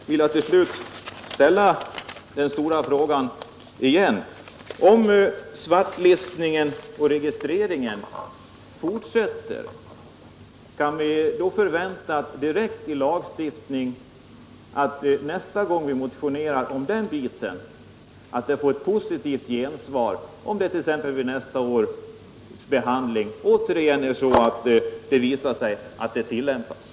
Till sist vill jag upprepa min fråga: Om svartlistningen och registreringen fortsätter — om det t.ex. vid nästa års behandling av den här frågan visar sig att svartlistning och registrering tillämpas — kan vi då förvänta ett positivt gensvar på vår motion i form av lagstiftning?